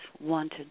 wanted